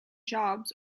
jobs